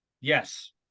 yes